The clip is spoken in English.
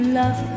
love